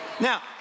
Now